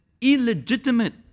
illegitimate